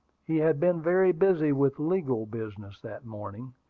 he had been very busy with legal business that morning.